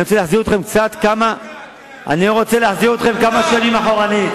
אני רוצה להחזיר אתכם קצת, כמה שנים, אחורנית.